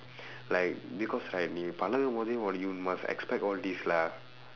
like because right நீ பழகும்போதே:nii pazhakumpoothee [what] you must expect all this lah